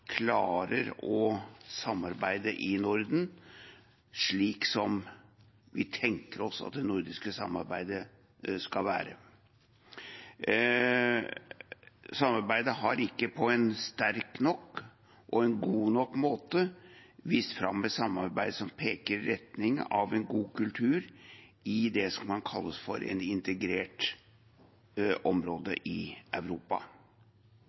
klarer å samarbeide i Norden, slik som vi tenker oss at det nordiske samarbeidet skal være. Samarbeidet har ikke på en sterk nok og en god nok måte vist fram det samarbeidet som peker i retning av en god kultur i det som kan kalles et integrert område i Europa.